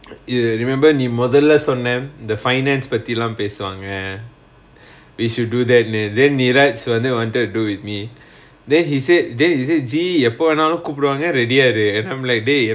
you remember நீ மொதல்ல சொன்ன:nee mothalla sonna the finance பத்திலா பேசுவாங்க:pathilaa pesuvaanga we should do that and then neeraj வந்து:vanthu wanted to do with me then he said then he said jee எப்பவேணா கூப்புடுவாங்க:eppavaenaa koopuduvaanga ready ah இரு:iru I'm like dey